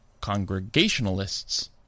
Congregationalists